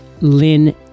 Lynn